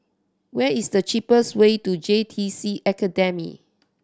where is the cheapest way to J T C Academy